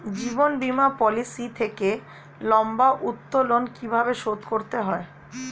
জীবন বীমা পলিসি থেকে লম্বা উত্তোলন কিভাবে শোধ করতে হয়?